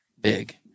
Big